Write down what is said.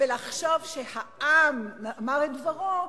ולחשוב שהעם אמר את דברו,